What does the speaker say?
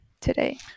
today